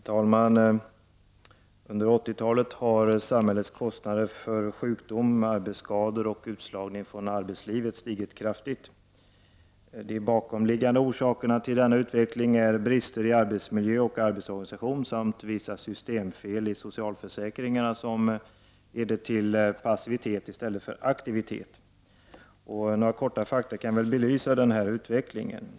Herr talman! Under 80-talet har samhällets kostnader för sjukdom, arbetsskador och utslagning från arbetslivet stigit kraftigt. De bakomliggande orsakerna till denna utveckling är brister i arbetsmiljö och arbetsorganisation samt vissa systemfel i socialförsäkringarna som leder till passivitet i stället för aktivitet. Några korta fakta kan belysa denna utveckling.